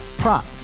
prop